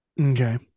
Okay